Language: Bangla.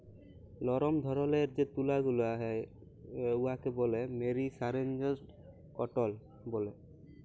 লরম ধরলের যে তুলা গুলা হ্যয় উয়াকে ব্যলে মেরিসারেস্জড কটল ব্যলে